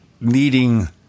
needing